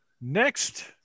next